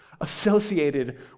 associated